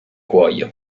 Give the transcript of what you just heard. cuoio